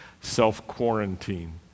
self-quarantine